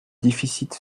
déficit